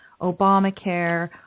Obamacare